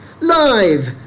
Live